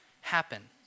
happen